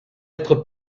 être